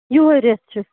یُہے ریٚتھ چھُ